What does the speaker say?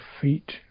feet